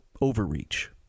overreach